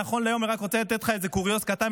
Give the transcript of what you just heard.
אני רק רוצה לתת לך איזה קוריוז קטן.